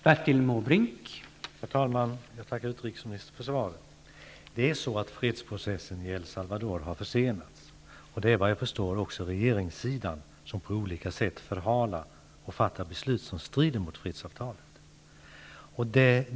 Herr talman! Jag tackar utrikesministern för svaret. Fredsprocessen i El Salvador har försenats, och det är enligt vad jag förstår regeringssidan som på olika sätt förhalar den och fattar beslut som strider mot fredsavtalet.